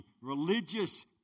religious